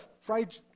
fried